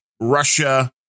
Russia